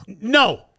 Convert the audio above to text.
No